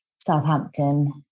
Southampton